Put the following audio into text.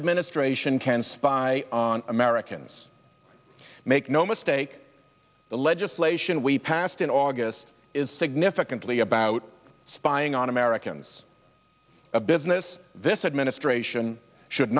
administration can spy on americans make no mistake the legislation we passed in august is significantly about spying on americans a business this administration should